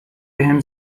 بهم